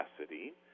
capacity